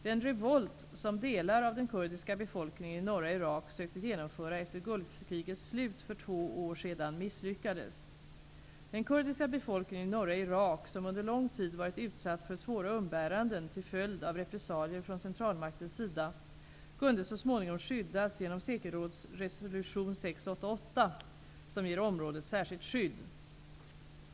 Den revolt som delar av den kurdiska befolkningen i norra Irak sökte genomföra efter Gulfkrigets slut för två år sedan misslyckades. Den kurdiska befolkningen i norra Irak, som under lång tid varit utsatt för svåra umbäranden till följd av repressalier från centralmaktens sida, kunde så småningom skyddas genom säkerhetsrådsresolution 688 som ger området särskilt skydd.